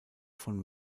von